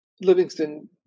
Livingston